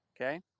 Okay